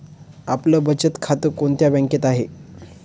आपलं बचत खातं कोणत्या बँकेत आहे?